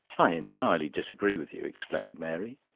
i entirely disagree with you, exclaimed mary.